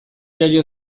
jaio